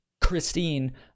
Christine